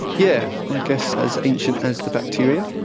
yeah like guess as ancient as the bacteria,